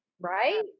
right